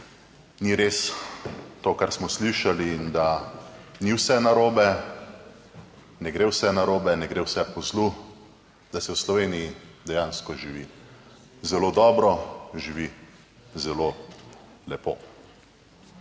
ni res to, kar smo slišali in da ni vse narobe, ne gre vse narobe, ne gre vse po zlu, da se v Sloveniji dejansko živi zelo dobro, živi zelo lepo.